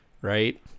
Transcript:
right